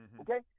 Okay